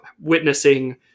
witnessing